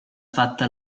fatta